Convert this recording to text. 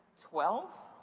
twelve?